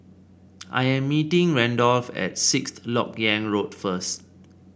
I am meeting Randolph at Sixth LoK Yang Road first